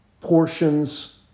portions